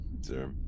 sir